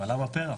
אבל למה פרח?'